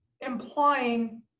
implying